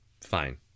Fine